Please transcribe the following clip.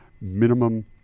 minimum